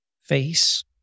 face